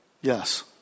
Yes